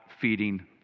feeding